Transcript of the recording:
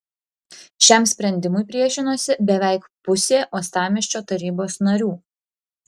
šiam sprendimui priešinosi beveik pusė uostamiesčio tarybos narių